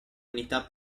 unità